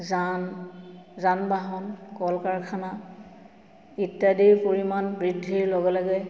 যান যান বাহন কল কাৰখানা ইত্যাদিৰ পৰিমাণ বৃদ্ধিৰ লগে লগে